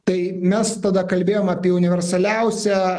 tai mes tada kalbėjom apie universaliausią